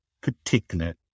particular